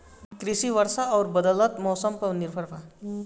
कृषि वर्षा आउर बदलत मौसम पर निर्भर बा